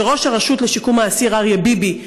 כשראש הרשות לשיקום האסיר אריה ביבי,